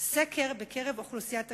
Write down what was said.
סקר בקרב אוכלוסיית הקשישים,